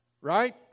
right